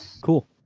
cool